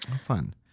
fun